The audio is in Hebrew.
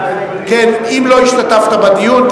אם לא השתתפת בדיון.